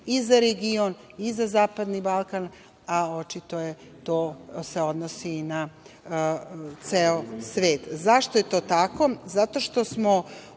i za region i za zapadni Balkan, a očito se to odnosi i na ceo svet.Zašto je to tako? Zato što smo